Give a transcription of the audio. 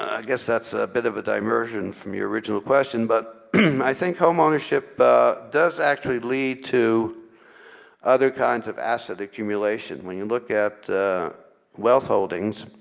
i guess that's a bit of a diversion from your original question, but i think home ownership does actually lead to other kind of assets accumulation. when you look at wealth holdings